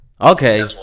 Okay